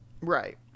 Right